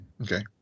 Okay